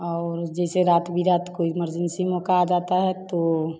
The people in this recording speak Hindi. और जैसे रात बेरात कोई इमरजेंसी मौका आ जाता है तो